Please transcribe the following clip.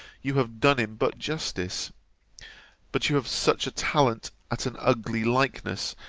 you have done him but justice but you have such a talent at an ugly likeness,